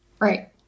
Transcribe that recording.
Right